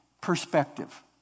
perspective